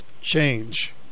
change